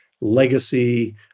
legacy